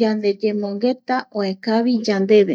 yaneyemongeta oe kavi yandeve